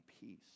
peace